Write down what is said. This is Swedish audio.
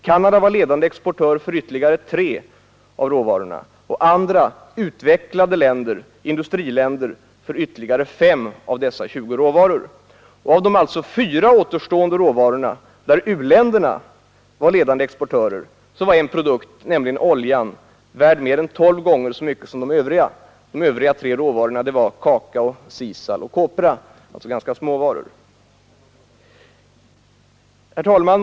Canada var ledande exportör av ytterligare 3 råvaror och andra utvecklade länder, industriländer, av ytterligare 5 av dessa 20 råvaror. Av de 4 återstående råvarorna, där u-länderna var ledande exportörer, var en enda produkt, nämligen oljan, värd mer än 12 gånger så mycket som de övriga 3 tillsammans, nämligen kakao, sisal och kopra, dvs. ganska små råvaror. Herr talman!